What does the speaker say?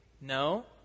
No